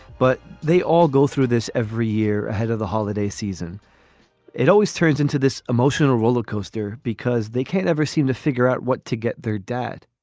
but they all go through this every year ahead of the holiday season it always turns into this emotional rollercoaster because they can't ever seem to figure out what to get their dad.